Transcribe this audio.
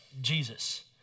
Jesus